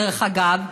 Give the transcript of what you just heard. דרך אגב,